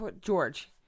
George